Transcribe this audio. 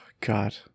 God